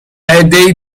عدهای